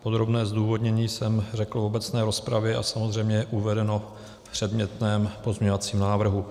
Podrobné zdůvodnění jsem řekl v obecné rozpravě a samozřejmě je uvedeno v předmětném pozměňovacím návrhu.